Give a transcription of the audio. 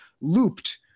Looped